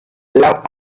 love